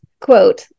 Quote